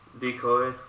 decoy